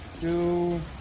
two